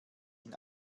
ihn